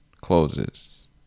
closes